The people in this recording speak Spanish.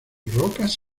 rocas